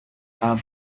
are